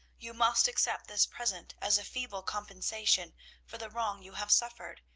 you must accept this present as a feeble compensation for the wrong you have suffered,